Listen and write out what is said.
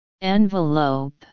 envelope